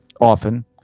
Often